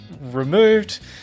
removed